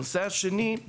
הנושא השני הוא